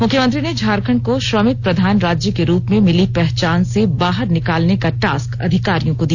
मुख्यमंत्री ने झारखंड को श्रमिक प्रधान राज्य के रूप में मिली पहचान से बाहर निकालने का टास्क अधिकारियों को दिया